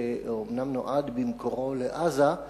שאומנם נועד במקורו לעזה,